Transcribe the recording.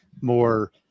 more